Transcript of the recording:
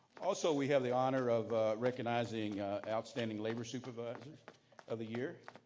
also, we have the honor of recognizing outstanding labor supervisors of the year.